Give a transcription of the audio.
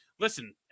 Listen